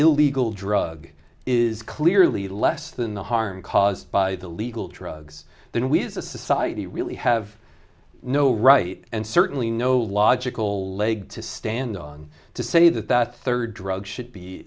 illegal drug is clearly less than the harm caused by the legal drugs then we as a society really have no right and certainly no logical leg to stand on to say that that third drug should be